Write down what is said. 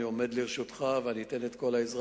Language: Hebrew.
אני עומד לרשותך ואני אתן את כל העזרה,